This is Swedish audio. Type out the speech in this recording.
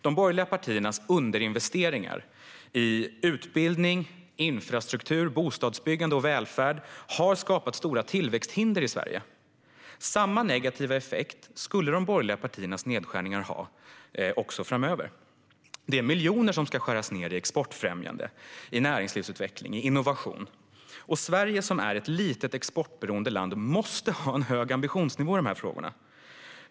De borgerliga partiernas underinvesteringar i utbildning, infrastruktur, bostadsbyggande och välfärd har skapat stora tillväxthinder i Sverige. Samma negativa effekt skulle de borgerliga partiernas nedskärningar ha också framöver. Det är miljoner som ska skäras ned i exportfrämjande, näringslivsutveckling och innovation. Sverige som är ett litet och exportberoende land måste ha en hög ambitionsnivå i de här frågorna.